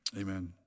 amen